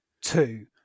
Two